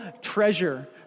treasure